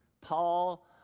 Paul